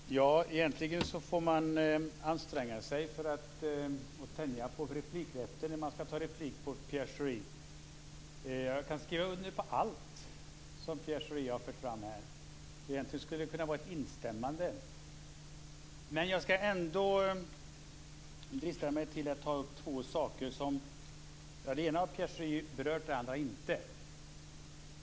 Fru talman! Egentligen får man anstränga sig och tänja på replikrätten när man skall ta replik på Pierre Jag kan skriva under på allt som Pierre Schori har fört fram här, så egentligen skulle det kunna vara ett instämmande. Men jag skall ändå drista mig till att ta upp två saker. Det ena har Pierre Schori berört, det andra inte.